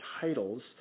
titles